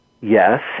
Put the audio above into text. Yes